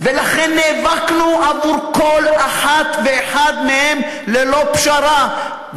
ולכן נאבקנו עבור כל אחת ואחד מהם, ללא פשרה.